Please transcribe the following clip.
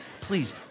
please